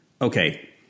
okay